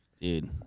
Dude